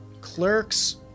Clerks